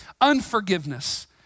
unforgiveness